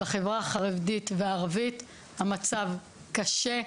בחברה החרדית והערבית המצב קשה,